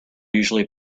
usually